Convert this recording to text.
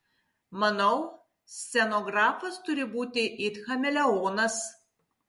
manau scenografas turi būti it chameleonas